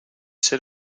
set